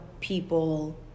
people